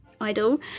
idol